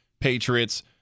Patriots